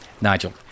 Nigel